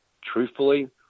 truthfully